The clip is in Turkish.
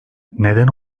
neden